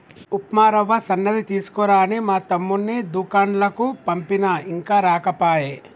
ఉప్మా రవ్వ సన్నది తీసుకురా అని మా తమ్ముణ్ణి దూకండ్లకు పంపిన ఇంకా రాకపాయె